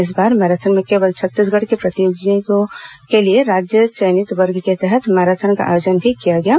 इस बार मैराथन में केवल छत्तीसगढ़ के प्रतिभागियों के लिए राज्य चयनित वर्ग के तहत मैराथन का आयोजन भी किया गया था